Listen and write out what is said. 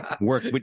Work